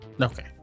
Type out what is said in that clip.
Okay